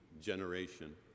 generation